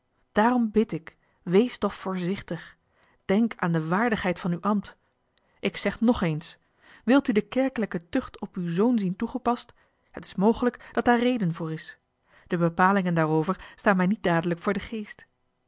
daarom bid ik u wees toch voorzichtig denk aan de waardigheid van uw ambt ik zeg nog eens wilt u de kerkelijke tucht op uw zoon zien toegepast het is mogelijk dat daar reden voor is de bepalingen daarover staan mij niet dadelijk voor den geest